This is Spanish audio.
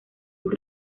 sus